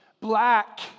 black